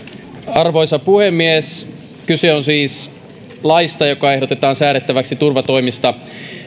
arvoisa puhemies kyse on siis laista joka ehdotetaan säädettäväksi turvatoimista